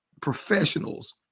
professionals